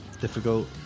difficult